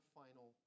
final